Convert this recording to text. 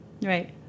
Right